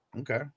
Okay